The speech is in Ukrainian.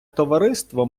товариство